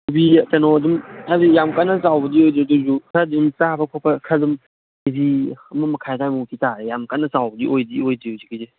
ꯀꯣꯕꯤ ꯀꯩꯅꯣ ꯑꯗꯨꯝ ꯍꯥꯏꯕꯗꯤ ꯌꯥꯝ ꯀꯟꯅ ꯆꯥꯎꯕꯗꯤ ꯑꯣꯏꯗꯦ ꯑꯗꯣꯏꯁꯨ ꯈꯔꯗꯤ ꯑꯗꯨꯝ ꯆꯥꯕ ꯈꯣꯠꯄ ꯈꯔ ꯑꯗꯨꯝ ꯀꯦ ꯖꯤ ꯑꯃꯃꯈꯥꯏ ꯑꯗꯥꯏꯃꯨꯛꯇꯤ ꯇꯥꯔꯦ ꯌꯥꯝꯅ ꯀꯟꯅ ꯆꯥꯎꯕꯗꯤ ꯑꯣꯏꯗꯤ ꯑꯣꯏꯗ꯭ꯔꯤ ꯍꯧꯖꯤꯛꯀꯤꯗꯤ